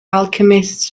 alchemists